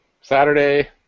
Saturday